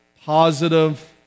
Positive